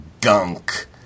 gunk